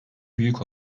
büyük